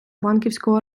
банківського